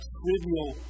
trivial